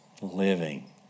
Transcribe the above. living